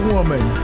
Woman